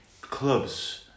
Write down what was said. clubs